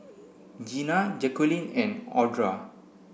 Gina Jaqueline and Audra